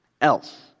else